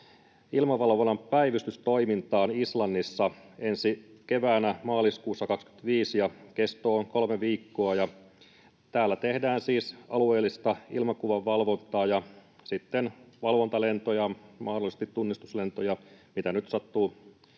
ilmavalvonnan päivystystoimintaan Islannissa ensi keväänä, maaliskuussa 25, ja kesto on kolme viikkoa. Täällä tehdään siis alueellista ilmakuvan valvontaa ja sitten valvontalentoja ja mahdollisesti tunnistuslentoja — mitä nyt sattuu